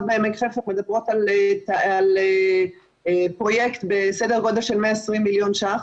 בעמק חפר מדברות על פרויקט בסדר גודל של 120 מיליון שקלים.